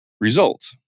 result